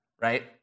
right